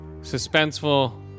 suspenseful